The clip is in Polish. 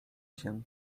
się